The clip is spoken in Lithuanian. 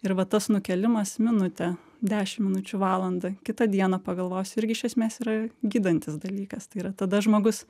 ir va tas nukėlimas minutę dešim minučių valandą kitą dieną pagalvosiu irgi iš esmės yra gydantis dalykas tai yra tada žmogus